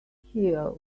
here